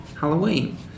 Halloween